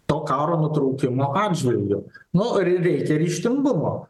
to karo nutraukimo atžvilgiu nu rei reikia ryžtingumo